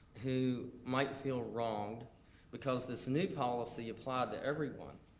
who might feel wronged because this new policy applied to everyone.